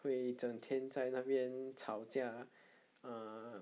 会整天在那边吵架 uh